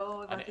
לא הבנתי